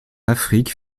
afrique